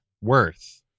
worth